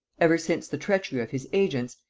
ever since the treachery of his agents,